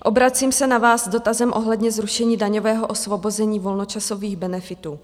Obracím se na vás s dotazem ohledně zrušení daňového osvobození volnočasových benefitů.